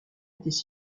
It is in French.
étaient